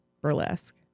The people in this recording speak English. Burlesque